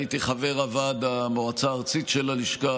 הייתי חבר המועצה הארצית של הלשכה,